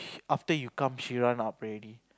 after you come she run up already